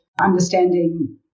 understanding